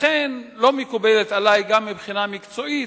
לכן לא מקובלת עלי, גם מבחינה מקצועית,